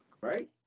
right